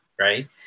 right